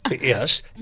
yes